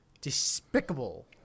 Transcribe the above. despicable